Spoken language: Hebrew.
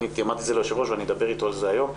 אמרתי את זה ליושב ראש ואני אדבר איתו על זה היום,